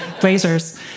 Blazers